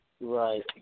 Right